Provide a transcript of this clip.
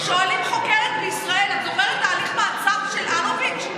שואלים חוקרת בישראל: את זוכרת את הליך המעצר של אלוביץ'?